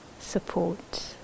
support